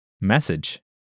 message